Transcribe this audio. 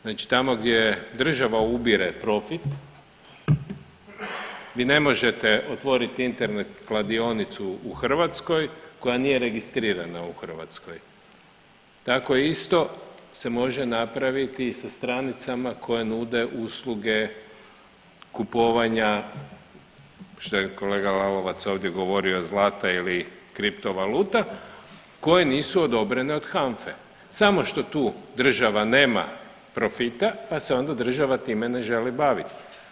Znači tamo gdje država ubire profit, vi ne možete otvorit Internet kladionicu u Hrvatskoj koja nije registrirana u Hrvatskoj, tako isto se može napraviti i sa stranicama koje nude usluge kupovanja što je kolega Lalovac ovdje govorio zlata ili kripto valuta koje nisu odobrene od HANFA-e, samo što tu država nema profita pa se onda država time ne želi bavit.